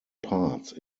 parts